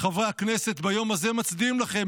חברי הכנסת ביום הזה מצדיעים לכם,